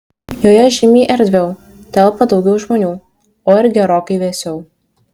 joje žymiai erdviau telpa daugiau žmonių o ir gerokai vėsiau